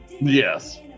yes